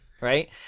right